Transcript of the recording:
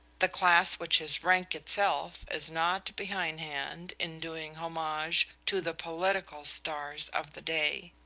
the class which is rank itself is not behindhand in doing homage to the political stars of the day.